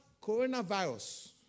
coronavirus